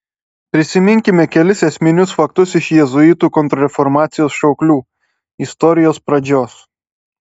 prisiminkime kelis esminius faktus iš jėzuitų kontrreformacijos šauklių istorijos pradžios